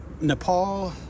Nepal